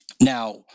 Now